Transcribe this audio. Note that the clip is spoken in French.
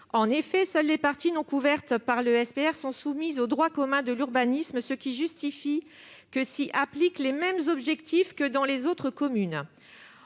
En effet, seules les parties non couvertes par le SPR sont soumises au droit commun de l'urbanisme, ce qui justifie que s'y appliquent les mêmes objectifs que dans les autres communes.